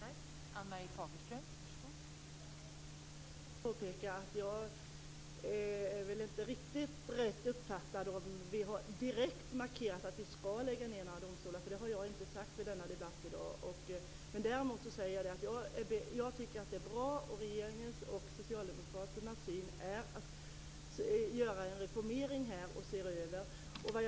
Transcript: Fru talman! Jag vill ännu en gång påpeka att man inte har uppfattat mig rätt, om man tror att vi direkt har markerat att vi skall lägga ned några domstolar. Det har jag inte sagt i debatten i dag. Däremot säger jag att jag tycker att det är bra. Regeringens och Socialdemokraternas syn är att vi skall göra en reformering här och se över detta.